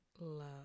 love